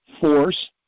force